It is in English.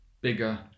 bigger